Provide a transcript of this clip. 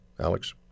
Alex